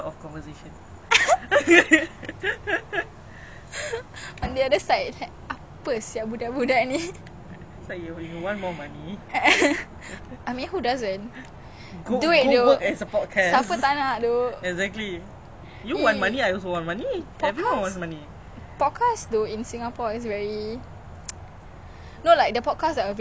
podcast though like in singapore is very like the podcast that are available in singapore is very niche semua nak buat like orang cina-cina you know like the youtubers siapa ni I don't watch them but I think they have podcast and is so like damn I feel lah in singapore when I look at podcast I have never seen or I haven't come across